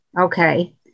okay